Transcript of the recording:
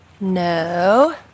No